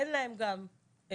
אין להם גם פנסיה,